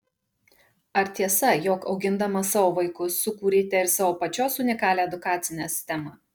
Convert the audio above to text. ar tiesa jog augindama savo vaikus sukūrėte ir savo pačios unikalią edukacinę sistemą